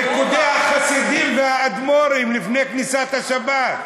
ריקודי החסידים והאדמו"רים לפני כניסת השבת,